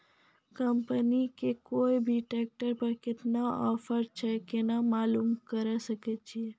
Company के कोय भी ट्रेक्टर पर केतना ऑफर छै केना मालूम करऽ सके छियै?